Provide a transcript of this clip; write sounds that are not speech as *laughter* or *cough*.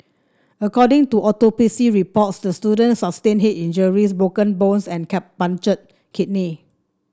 according to autopsy reports the student sustained head injuries broken bones and *unintelligible* a punctured kidney